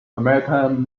american